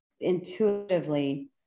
intuitively